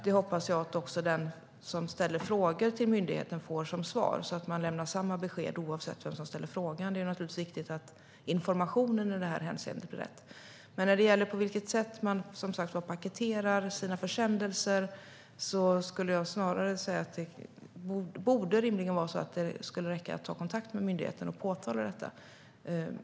Det hoppas jag att den som ställer frågor till myndigheten också får som svar, så att man lämnar samma besked oavsett vem som ställer frågan. Det är naturligtvis viktigt att informationen i detta hänseende blir rätt. När det gäller på vilket sätt man paketerar sina försändelser skulle jag snarare säga att det rimligen borde räcka att ta kontakt med myndigheten och påtala detta.